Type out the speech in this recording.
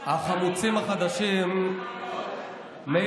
לעשות, אני לא חייב לך, טוב, חברים.